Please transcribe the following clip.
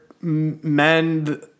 men